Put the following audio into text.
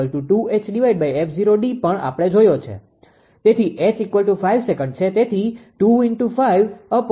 તેથી H5 second છે તેથી2 × 5𝑓0 ×𝐷